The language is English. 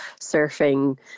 surfing